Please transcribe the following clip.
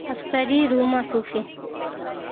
افسری رومصوفی